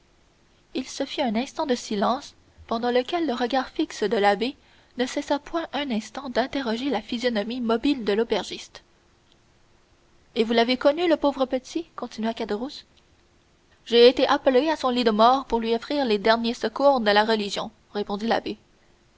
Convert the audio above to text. il se fit un instant de silence pendant lequel le regard fixe de l'abbé ne cessa point un instant d'interroger la physionomie mobile de l'aubergiste et vous l'avez connu le pauvre petit continua caderousse j'ai été appelé à son lit de mort pour lui offrir les derniers secours de la religion répondit l'abbé